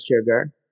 sugar